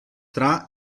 tra